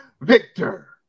Victor